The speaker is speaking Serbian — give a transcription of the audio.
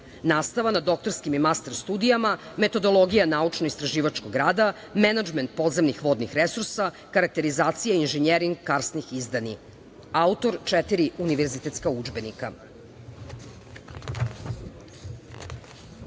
vodama. Nastava na doktorskim i master studijama, metodologija naučno-istraživačkog rada, menadžment podzemnih vodnih resursa, karakterizacija i inženjering karsnih izdani. Autor četiri univerzitetska